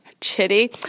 chitty